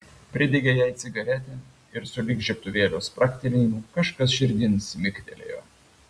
pridegė jai cigaretę ir sulig žiebtuvėlio spragtelėjimu kažkas širdin smigtelėjo